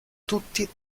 tutti